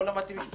לא למדתי משפטים.